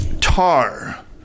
Tar